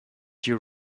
you